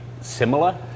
similar